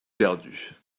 perdues